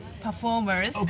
performers